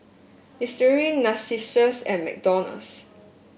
Listerine Narcissus and McDonald's